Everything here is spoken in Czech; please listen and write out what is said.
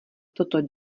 toto